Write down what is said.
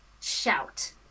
shout